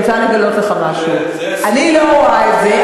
אני רוצה לגלות לך משהו: אני לא רואה את זה,